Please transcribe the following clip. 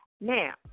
Now